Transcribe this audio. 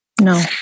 No